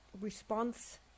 response